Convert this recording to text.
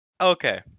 Okay